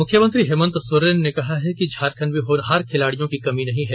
मुख्यमंत्री हेमंत सोरेन ने कहा झारखण्ड में होनहार खिलाड़ियों की कमी नहीं है